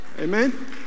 amen